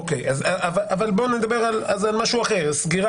אוקי, אז בוא נדבר על משהו אחר -- סגר.